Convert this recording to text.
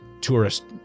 tourist-